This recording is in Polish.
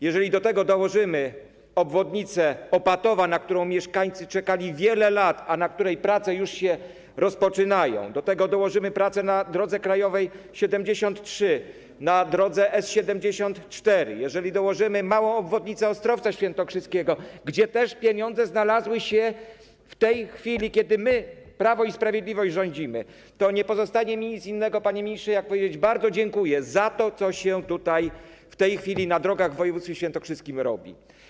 Jeżeli do tego dołożymy obwodnicę Opatowa, na którą mieszkańcy czekali wiele lat, a na której prace już się rozpoczynają, dołożymy prace na drodze krajowej nr 73, na drodze S74, dołożymy małą obwodnicę Ostrowca Świętokrzyskiego, gdzie też pieniądze znalazły się w tej chwili, kiedy my, Prawo i Sprawiedliwość, rządzimy, to nie pozostanie mi nic innego, panie ministrze, jak powiedzieć: bardzo dziękuję za to, co się w tej chwili na drogach w województwie świętokrzyskim robi.